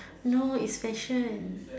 no it's fashion